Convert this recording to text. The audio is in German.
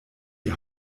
die